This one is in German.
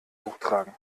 hochtragen